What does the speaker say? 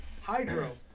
Hydro